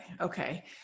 Okay